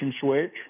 switch